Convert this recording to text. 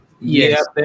Yes